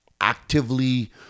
actively